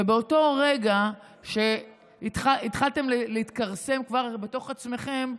ובאותו רגע שהתחלתם להתכרסם בתוך עצמכם,